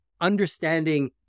understanding